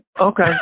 okay